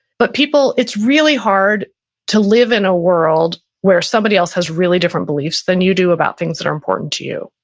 but people, it's really hard to live in a world where somebody else has really different beliefs than you do about things that are important to you.